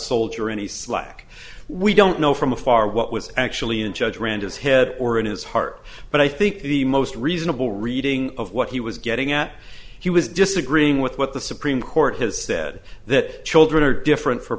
soldier any slack we don't know from afar what was actually in judge rand his head or in his heart but i think the most reasonable reading of what he was getting at he was disagreeing with what the supreme court has said that children are different for